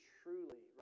truly